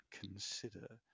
consider